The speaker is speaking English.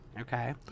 okay